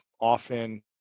often